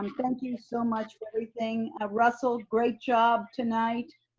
um thank you so much for everything, ah russell, great job tonight.